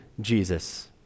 Jesus